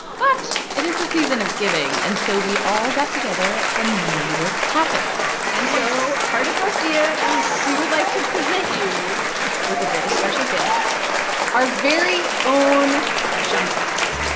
but it is the season of giving, and so we all got together and made it happen yes and so, cardiff garcia. yes we would like to present you with a very special gift our very own junk bond.